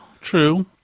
true